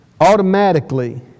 automatically